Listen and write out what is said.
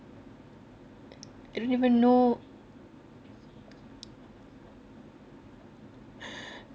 I don't even know